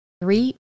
three